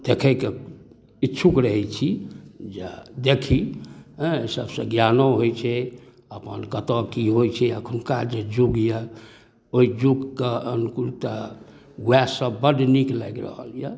देखैके इच्छुक रहै छी जा देखी हँ एहि सबसँ ज्ञानो होइ छै अपन कतऽ कि होइ छै एखुनका जे जुग अइ ओहि जुगके अनुकूल तऽ वएहसब बड़ नीक लागि रहल अइ